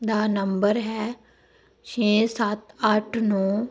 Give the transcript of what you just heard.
ਦਾ number ਹੈ ਛੇ ਸੱਤ ਅੱਠ ਨੌ